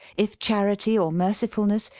if charity or mercifulness,